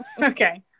Okay